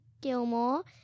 Gilmore